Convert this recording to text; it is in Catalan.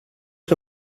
que